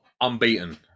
unbeaten